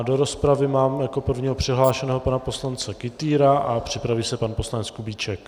Do rozpravy mám jako prvního přihlášeného pana poslance Kytýra a připraví se pan poslanec Kubíček.